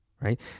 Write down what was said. right